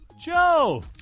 Joe